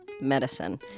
medicine